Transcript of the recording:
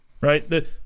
right